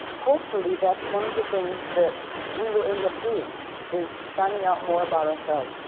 hopefully that's one of the things that we will end up doing is finding out more about ourselves.